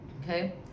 Okay